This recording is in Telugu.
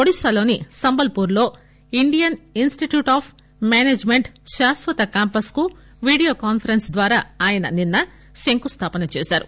ఒడిశాలోని సంబల్సూర్ లో ఇండియన్ ఇన్స్టిట్యూట్ ఆఫ్ మేనేజ్మెంట్ శాశ్వత క్యాంపస్ కు వీడియో కాన్పరెన్స్ ద్వారా ఆయన నిన్స్ శంకుస్థాపన చేశారు